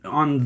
on